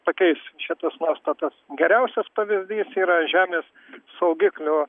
pakeis šitas nuostatas geriausias pavyzdys yra žemės saugiklių